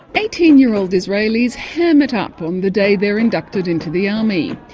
eighteen-year-old israelis ham it up on the day they're inducted into the army.